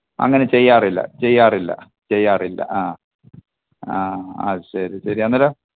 അങ്ങനെ ചെയ്യാറില്ല ചെയ്യാറില്ല ചെയ്യാറില്ല ആ ആ അത് ശരി ശരി അന്നേരം